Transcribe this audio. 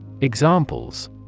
Examples